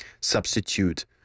substitute